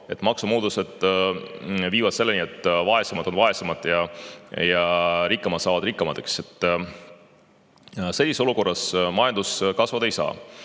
et maksumuudatused viivad selleni, et vaesed on vaesemad ja rikkad saavad rikkamaks. Sellises olukorras majandus kasvada ei saa.